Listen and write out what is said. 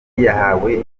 yahawe